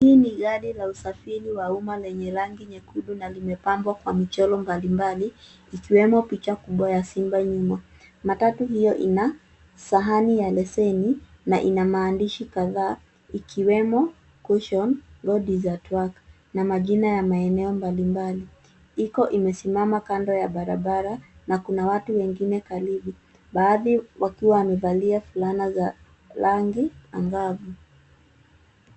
Hii ni gari la usafiri wa umma lenye rangi nyekundu, na limepambwa kwa michoro mbalimbali ikiwemo picha kubwa ya simba nyuma. Matatu hiyo ina sahani ya leseni na ina maandishi kadhaa ikiwemo Kushon, (cs)Road is at work(cs) na majina ya maeneo mbalimbali. Iko imesimama kando ya barabara na kuna watu wengine karibu. Baadhi wakiwa wamevalia fulana za rangi angavu.